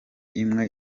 imwe